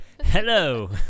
hello